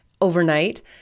overnight